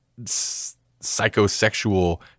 psychosexual